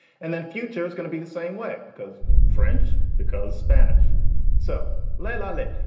and then future is gonna be the same way because french. because spanish so la la la.